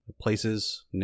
places